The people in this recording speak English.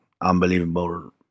unbelievable